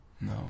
No